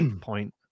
point